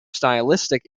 stylistic